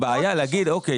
בעיה להגיד שאני